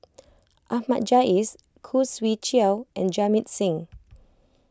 Ahmad Jais Khoo Swee Chiow and Jamit Singh